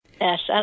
Yes